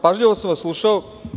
Pažljivo sam vas slušao.